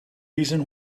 reason